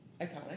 Iconic